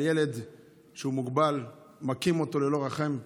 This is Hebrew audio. ילד שהוא מוגבל ומכים אותו ללא רחם.